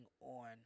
on